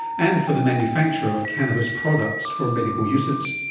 and for the manufacture of cannabis products for medical uses.